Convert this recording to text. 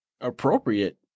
appropriate